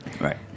Right